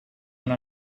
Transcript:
when